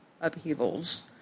upheavals